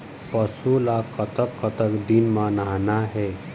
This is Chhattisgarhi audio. पशु ला कतक कतक दिन म नहाना हे?